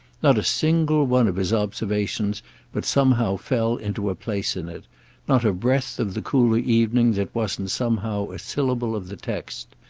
not a single one of his observations but somehow fell into a place in it not a breath of the cooler evening that wasn't somehow a syllable of the text.